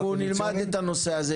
אנחנו נלמד את הנושא הזה,